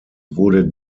wurde